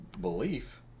belief